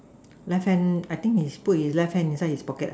left hand I think is put his left hand inside his pocket lah